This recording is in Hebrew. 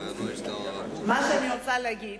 מה שאני רוצה להגיד,